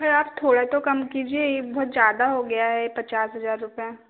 sir आप थोड़ा तो कम कीजिए यह बहुत ज़्यादा हो गया है पचास हज़ार रुपये